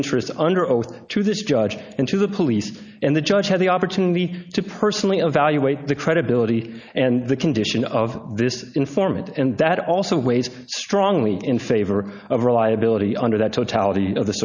interest under oath to this judge and to the police and the judge had the opportunity to personally evaluate the credibility and the condition of this informant and that also weighs strongly in favor of reliability under the totality of the